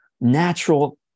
natural